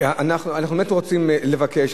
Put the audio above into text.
אנחנו באמת רוצים לבקש.